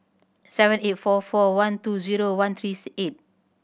seven eight four four one two zero one three eight